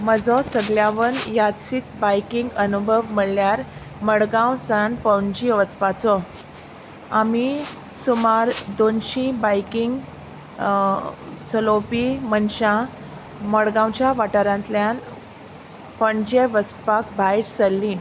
म्हजो सगल्यांवन यादसीक बायकींग अनुभव म्हणल्यार मडगांव सावन पणजी वचपाचो आमी सुमार दोनशीं बायकींग चलोवपी मनशां मडगांवच्या वाठारांतल्यान पणजे वचपाक भायर सरलीं